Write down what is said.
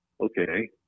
okay